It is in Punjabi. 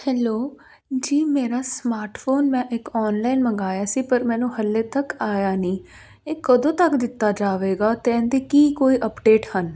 ਹੈਲੋ ਜੀ ਮੇਰਾ ਸਮਾਰਟਫੋਨ ਮੈਂ ਇੱਕ ਓਨਲਾਈਨ ਮੰਗਵਾਇਆ ਸੀ ਪਰ ਮੈਨੂੰ ਹਾਲੇ ਤੱਕ ਆਇਆ ਨਹੀਂ ਇਹ ਕਦੋਂ ਤੱਕ ਦਿੱਤਾ ਜਾਵੇਗਾ ਅਤੇ ਇਹਦੇ ਕੀ ਕੋਈ ਅਪਡੇਟ ਹਨ